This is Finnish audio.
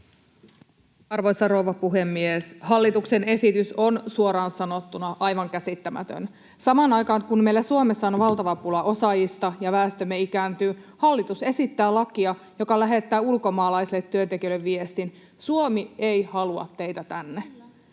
Arvoisa rouva puhemies! Hallituksen esitys on suoraan sanottuna aivan käsittämätön. Samaan aikaan, kun meillä Suomessa on valtava pula osaajista ja väestömme ikääntyy, hallitus esittää lakia, joka lähettää ulkomaalaisille työntekijöille viestin: ”Suomi ei halua teitä tänne.”